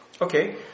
Okay